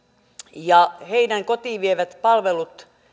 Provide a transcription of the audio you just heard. ja heidän kotiin vietävät palvelut